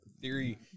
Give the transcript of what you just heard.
Theory